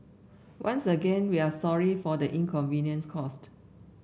once again we are sorry for the inconvenience caused